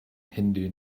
hindu